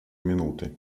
минуты